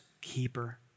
keeper